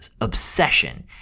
obsession